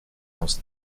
aus